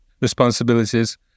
responsibilities